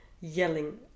yelling